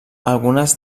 algunes